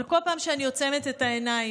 אבל בכל פעם שאני עוצמת את העיניים